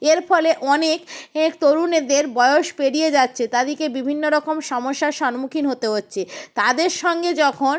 এর ফলে অনেক এক তরুণেদের বয়স পেরিয়ে যাচ্ছে তাদেরকে বিভিন্ন রকম সমস্যার সম্মুখীন হতে হচ্ছে তাদের সঙ্গে যখন